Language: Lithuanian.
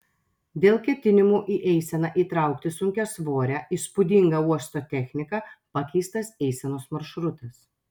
dėl ketinimų į eiseną įtraukti sunkiasvorę įspūdingą uosto techniką pakeistas eisenos maršrutas